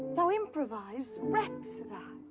now improvise, rhapsodize!